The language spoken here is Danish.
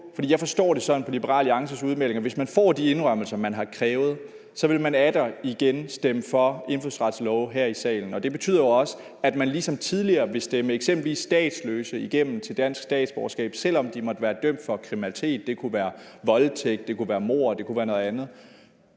jeg forstår det sådan på Liberal Alliances udmeldinger, at hvis man får de indrømmelser, man har krævet, så vil man atter igen stemme for indfødsretsloven her i salen. Og det betyder jo også, at man ligesom tidligere vil stemme eksempelvis statsløse igennem til dansk statsborgerskab, selv om de måtte være dømt for kriminalitet. Det kunne være voldtægt, det